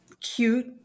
cute